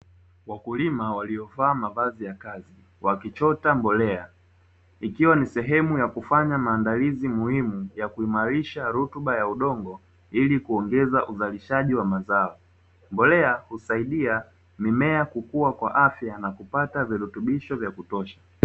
Wakulima waliovaa mavazi ya kazi wakichota mbolea, ikiwa ni sehemu ya kufanya maandalizi muhimu ya kuimarisha rutuba ya udongo, ili kuongeza uzalishaji wa mazao, mbolea husaidia mimea kukua kwa afya na kupata virutubisho vya kutosha.